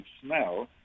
smell